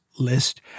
list